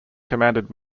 commanded